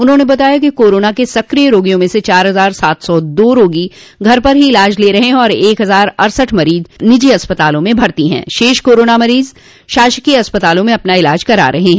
उन्होंने बताया कि कोरोना के सक्रिय रोगियों में से चार हजार सात सौ दो रोगी घर पर ही इलाज ले रहे हैं और एक हजार अड़सठ मरीज निजी अस्पतालों में भर्ती हैं शेष कोरोना मरीज शासकीय अस्पतालों में अपना इलाज करा रहे हैं